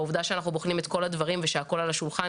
העובדה שאנחנו בוחנים את כל הדברים ושהכול על השולחן,